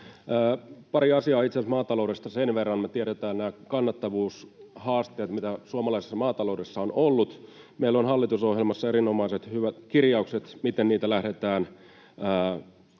asiassa maataloudesta sen verran: Me tiedetään nämä kannattavuushaasteet, mitä suomalaisessa maataloudessa on ollut. Meillä on hallitusohjelmassa erinomaisen hyvät kirjaukset, miten niitä lähdetään taklaamaan,